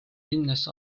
minnes